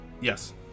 yes